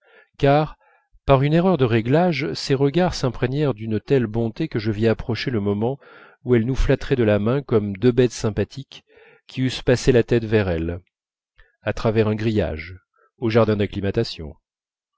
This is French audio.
car par une erreur de réglage ses regards s'imprégnèrent d'une telle bonté que je vis approcher le moment où elle nous flatterait de la main comme deux bêtes sympathiques qui eussent passé la tête vers elle à travers un grillage au jardin d'acclimatation